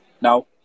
Now